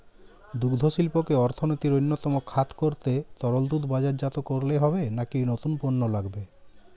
দুগ্ধশিল্পকে অর্থনীতির অন্যতম খাত করতে তরল দুধ বাজারজাত করলেই হবে নাকি নতুন পণ্য লাগবে?